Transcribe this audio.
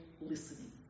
listening